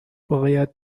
باید